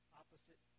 opposite